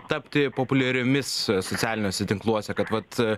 tapti populiariomis socialiniuose tinkluose kad vat